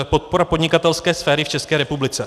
Podpora podnikatelské sféry v České republice.